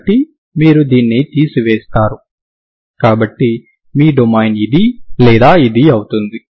కాబట్టి మీరు దీన్ని తీసివేస్తారు కాబట్టి మీ డొమైన్ ఇది లేదా ఇది అవుతుంది